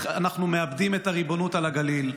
אנחנו מאבדים את הריבונות על הגליל,